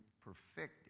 perfected